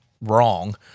wrong